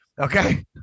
Okay